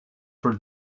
for